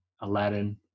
Aladdin